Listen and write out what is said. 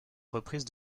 reprise